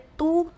two